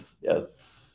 Yes